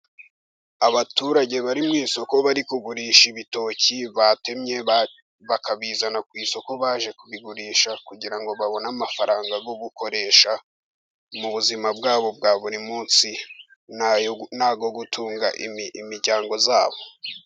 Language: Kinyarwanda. Abaturage bari mu isoko bari kugurisha ibitoki batemye bakabizana ku isoko baje kubigurisha, kugira ngo babone amafaranga yo gukoresha mu buzima bwabo bwa buri munsi n'ayo gutunga imiryango yabo.